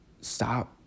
stop